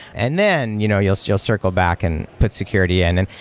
and then you know you'll so you'll circle back and put security in. and